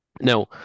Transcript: Now